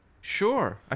Sure